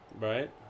Right